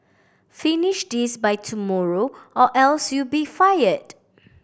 finish this by tomorrow or else you'll be fired